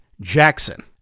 Jackson